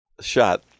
shot